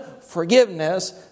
forgiveness